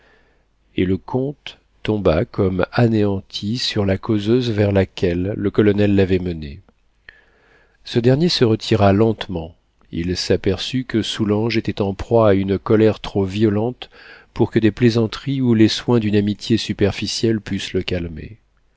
et le comte tomba comme anéanti sur la causeuse vers laquelle le colonel l'avait mené ce dernier se retira lentement il s'aperçut que soulanges était en proie à une colère trop violente pour que des plaisanteries ou les soins d'une amitié superficielle pussent le calmer